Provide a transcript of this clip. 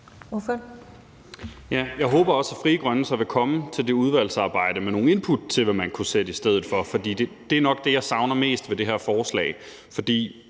jeg håber også, at Frie Grønne så vil komme til det udvalgsarbejde med nogle input til, hvad man kunne sætte i stedet for, for det er nok det, jeg savner mest ved det her forslag.